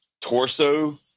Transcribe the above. torso